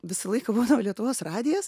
visą laiką būdavo lietuvos radijas